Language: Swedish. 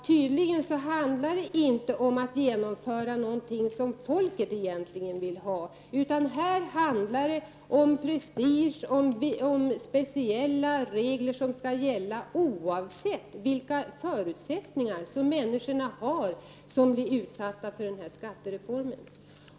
Tydligen handlar det inte om att genomföra någonting som människor egentligen vill ha, utan här handlar det om prestige och speciella regler som skall gälla oavsett vilka förutsättningar de människor har som blir utsatta för skattereformen.